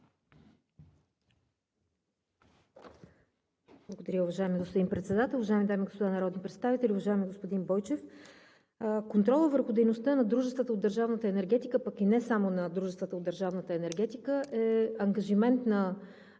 Благодаря, уважаеми господин Председател. Уважаеми дами и господа народни представители! Уважаеми господин Бойчев, контролът върху дейността на дружествата от държавната енергетика, пък и не само на дружествата от държавната енергетика, е ангажимент на